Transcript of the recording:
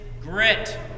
grit